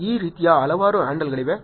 ಈ ರೀತಿಯ ಹಲವಾರು ಹ್ಯಾಂಡಲ್ಗಳಿವೆ